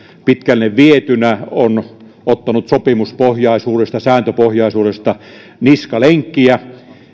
pitkälle vietynä on ottanut sopimuspohjaisuudesta sääntöpohjaisuudesta niskalenkkiä